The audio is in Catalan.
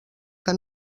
que